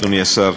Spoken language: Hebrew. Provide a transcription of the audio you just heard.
אדוני השר,